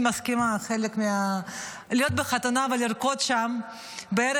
אני מסכימה שלהיות בחתונה ולרקוד שם בערב